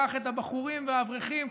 קח את הבחורים והאברכים,